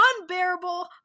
unbearable